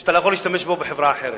שאתה לא יכול להשתמש בו בחברה אחרת.